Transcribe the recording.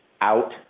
out